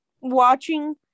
watching